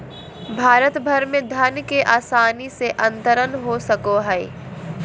भारत भर में धन के आसानी से अंतरण हो सको हइ